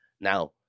Now